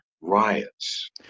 riots